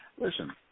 listen